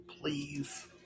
Please